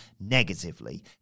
negatively